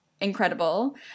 Incredible